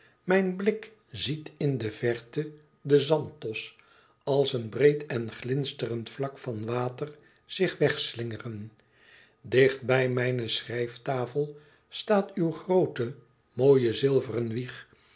mijn blik ziet in de verte den zanthos als een breed en glinsterend vlak van water zich wegslingeren dicht bij mijne schrijftafel staat uw groote mooie zilveren wieg